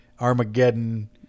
Armageddon